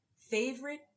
Favorite